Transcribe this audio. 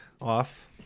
off